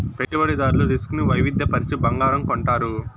పెట్టుబడిదారులు రిస్క్ ను వైవిధ్య పరచి బంగారం కొంటారు